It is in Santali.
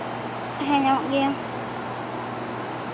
ᱦᱮᱸ ᱧᱟᱢᱚᱜ ᱜᱮᱭᱟ